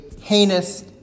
heinous